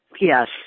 Yes